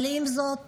אבל עם זאת